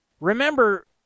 Remember